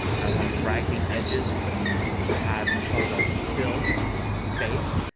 i want to drag the edges to have the photo fill the space.